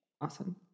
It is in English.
Awesome